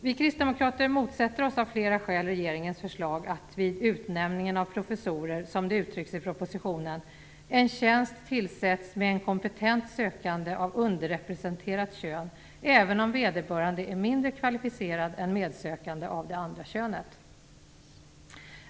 Vi kristdemokrater motsätter oss av flera skäl regeringens förslag att vid utnämningen av professorer, som det uttrycks i propositionen, "en tjänst tillsätts med en kompetent sökande av underrepresenterat kön, även om vederbörande är mindre kvalificerad än medsökande av det andra könet".